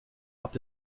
habt